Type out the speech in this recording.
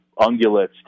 ungulates